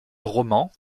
romans